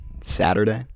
Saturday